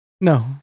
No